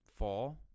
fall